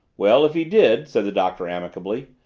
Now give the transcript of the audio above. well, if he did, said the doctor amicably,